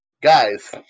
Guys